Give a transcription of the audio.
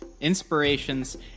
inspirations